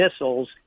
missiles